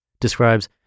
describes